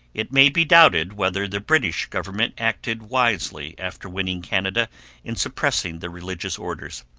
it may be doubted whether the british government acted wisely after winning canada in suppressing the religious orders.